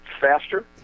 faster